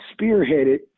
spearheaded